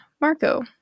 Marco